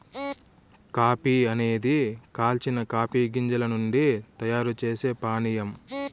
coffee అనేది కాల్చిన coffee గింజల నుండి తయారు చేసే పానీయం